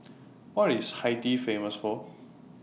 What IS Haiti Famous For